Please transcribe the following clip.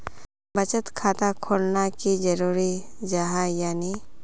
बचत खाता खोलना की जरूरी जाहा या नी?